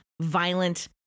violent